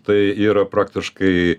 tai yra praktiškai